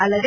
ಅಲ್ಲದೆ